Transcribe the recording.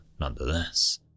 nonetheless